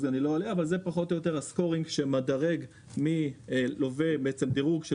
פחות או יותר הסקורינג שמראה דירוג של